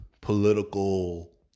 political